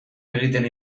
egiten